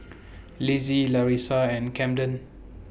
Lizzie Larissa and Camden